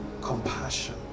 compassion